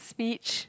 speech